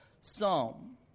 psalm